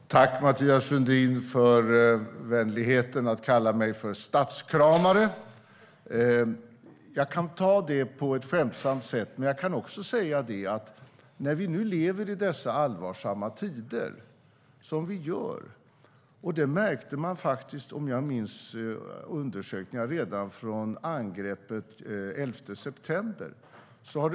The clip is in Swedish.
Herr talman! Tack, Mathias Sundin, för vänligheten att kalla mig för statskramare! Jag kan ta det på ett skämtsamt sätt, men jag kan också säga att när vi nu lever i dessa allvarsamma tider har det i många demokratiska länder blivit en ökad förståelse för en statsmakt eller en effektiv offentlig makt.